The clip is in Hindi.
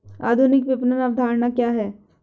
आधुनिक विपणन अवधारणा क्या है?